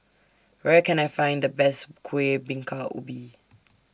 Where Can I Find The Best Kueh Bingka Ubi